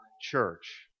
church